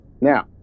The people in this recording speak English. Now